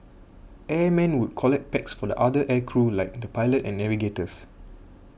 airmen would collect packs for the other air crew like the pilot and navigators